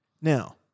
Now-